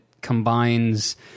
combines